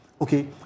Okay